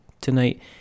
tonight